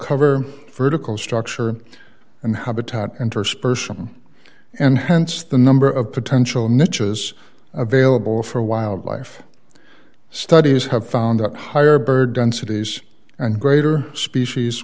cover for tickle structure and habitat interspersed from and hence the number of potential niches available for wildlife studies have found up higher bird densities and greater species